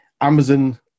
Amazon